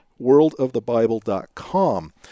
worldofthebible.com